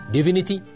Divinity